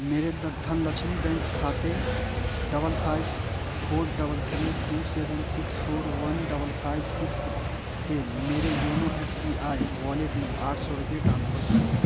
मेरे the Dhanlaxmi bank खाते double five four double three two seven six four one double five six से मेरे YONO S B I wallet में आठ सौ रुपये ट्रांसफर करें